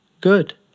Good